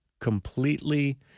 Completely